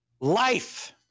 life